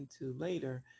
later